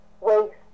waste